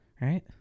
Right